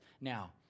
now